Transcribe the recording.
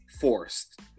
forced